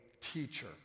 teacher